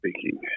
speaking